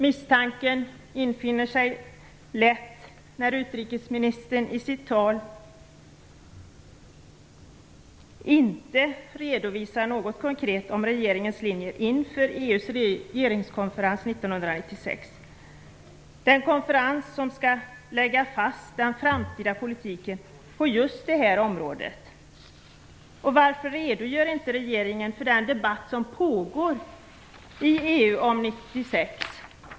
Misstanken infinner sig lätt när utrikesministern i sitt tal inte redovisar något konkret om regeringens linje inför EU:s regeringskonferens 1996. Den konferensen skall lägga fast den framtida politiken på just de här områdena. Och varför redogör inte regeringen för den debatt som pågår i EU om 1996?